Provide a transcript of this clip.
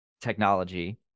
technology